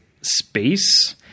space